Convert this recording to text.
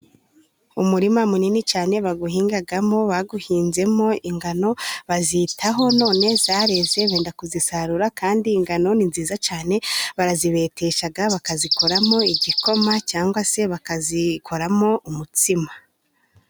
Umurima munini cyane bawuhingamo. Bawuhinzemo ingano bazitaho, none zareze benda kuzisarura. Kandi ingano ni nziza cyane, barazibetesha bakazikoramo igikoma cyangwa se bakazikoramo umutsima.